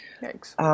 Thanks